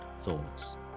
thoughts